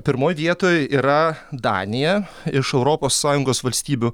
pirmoj vietoj yra danija iš europos sąjungos valstybių